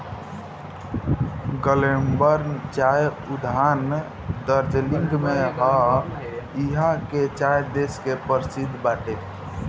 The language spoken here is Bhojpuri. ग्लेनबर्न चाय उद्यान दार्जलिंग में हअ इहा के चाय देश के परशिद्ध बाटे